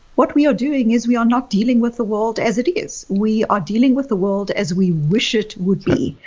what we are doing is we are not dealing with the world as it is. we are dealing with the world as we wish it would be.